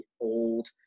old